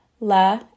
La